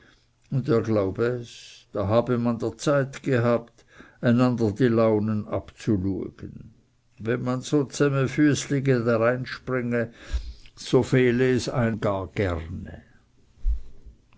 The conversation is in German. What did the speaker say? und er glaube es da habe man der zeit gehabt einander dlün abzluegen wenn man so zsämefüßlige dareinspringe so fehle es eim gar gerne